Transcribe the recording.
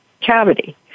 cavity